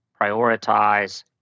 prioritize